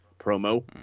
promo